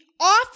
off